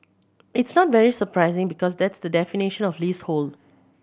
it's not very surprising because that's the definition of leasehold